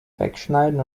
wegschneiden